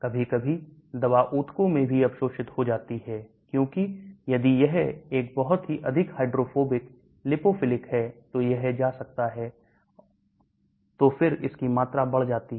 कभी कभी दवा ऊतकों में भी अवशोषित हो जाती है क्योंकि यदि यह एक बहुत ही अधिक हाइड्रोफोबिक लिपोफिलिक है तो यह जा सकता है तो फिर इसकी मात्रा बढ़ जाती है